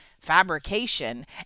fabrication